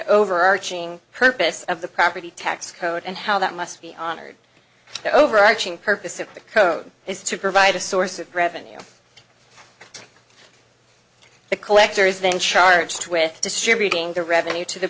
overarching purpose of the property tax code and how that must be honored the overarching purpose of the code is to provide a source of revenue to the collector is then charged with distributing the revenue to the